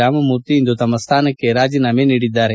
ರಾಮಮೂರ್ತಿ ಇಂದು ತಮ್ಮ ಸ್ಥಾನಕ್ಕೆ ರಾಜೀನಾಮೆ ನೀಡಿದ್ದಾರೆ